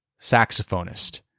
saxophonist